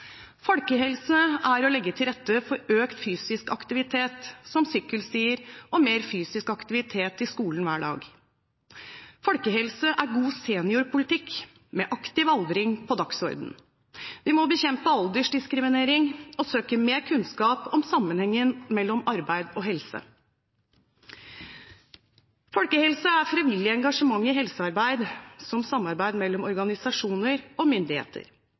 Folkehelse er å legge til rette for økt fysisk aktivitet, som sykkelstier og mer fysisk aktivitet i skolen hver dag. Folkehelse er god seniorpolitikk, med aktiv aldring på dagsordenen. Vi må bekjempe aldersdiskriminering og søke mer kunnskap om sammenhengen mellom arbeid og helse. Folkehelse er frivillig engasjement i helsearbeid, som samarbeid mellom organisasjoner og myndigheter.